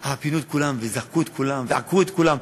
אבל ככה פינו את כולם וזרקו את כולם ועקרו את כולם.